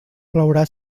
plourà